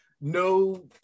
no